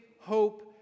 hope